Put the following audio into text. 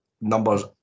numbers